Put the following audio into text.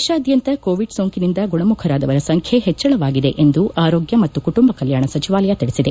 ದೇಶಾದ್ಖಂತ Covid ಸೋಂಕಿನಿಂದ ಗುಣಮುಖರಾದವರ ಸಂಖ್ಯೆ ಹೆಚ್ಚಳವಾಗಿದೆ ಎಂದು ಆರೋಗ್ಗ ಮತ್ತು ಕುಟುಂಬ ಕಲ್ಲಾಣ ಸಚಿವಾಲಯ ತಿಳಿಸಿದೆ